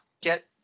get